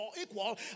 equal